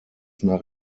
nach